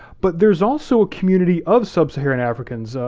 but there's also a community of sub-saharan africans,